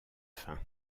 fin